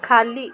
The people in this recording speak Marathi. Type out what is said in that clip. खाली